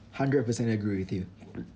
hundred percent agree with you